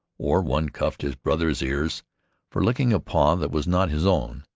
or one cuffed his brother's ears for licking a paw that was not his own,